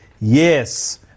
Yes